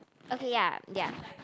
okay ya ya